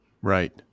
Right